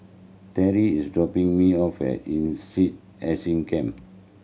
Terri is dropping me off at INSEAD Asia Campus